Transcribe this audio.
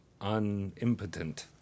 unimpotent